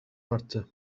arttı